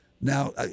Now